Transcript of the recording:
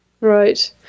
Right